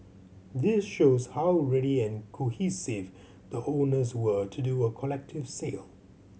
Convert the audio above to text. this shows how ready and cohesive the owners were to do a collective sale